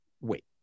wait